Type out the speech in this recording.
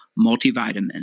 multivitamin